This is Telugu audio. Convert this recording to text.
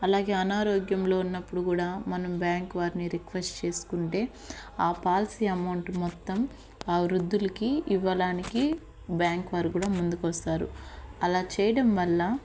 అలాగే అనారోగ్యంలో ఉన్నప్పుడు కూడా మనం బ్యాంక్ వారిని రిక్వెస్ట్ చేసుకుంటే ఆ పాలసీ అమౌంట్ మొత్తం ఆ వృద్ధులకు ఇవ్వడానికి బ్యాంక్ వారు కూడా ముందుకు వస్తారు ఆలా చేయడం వల్ల